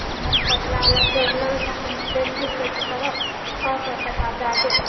अहाँ पतला वाला चाउर लेबै तऽ हम बेसी सऽ बेसी करब छओ सए टका दय देब